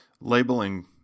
Labeling